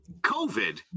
COVID